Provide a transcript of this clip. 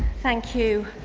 thank you,